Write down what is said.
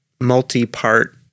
multi-part